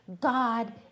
God